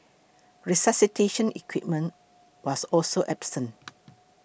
resuscitation equipment was also absent